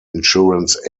insurance